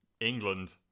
England